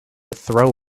throw